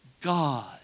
God